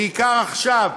בעיקר עכשיו,